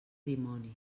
dimoni